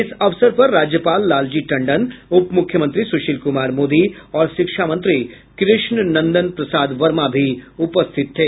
इस अवसर पर राज्यपाल लालजी टंडन उपमुख्यमंत्री सुशील कुमार मोदी और शिक्षा मंत्री कृष्ण नंदन प्रसाद वर्मा भी उपस्थित थे